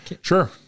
Sure